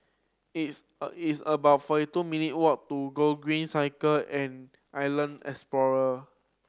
it's it's about forty two minute walk to Gogreen Cycle and Island Explorer